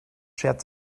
schert